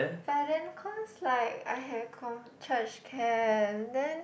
but then cause like I have con~ church camp then